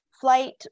flight